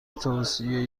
توصیه